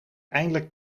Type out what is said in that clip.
eindelijk